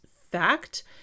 fact